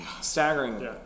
staggering